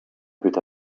put